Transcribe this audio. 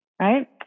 Right